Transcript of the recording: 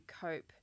cope